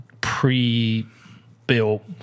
pre-built